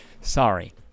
Sorry